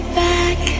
back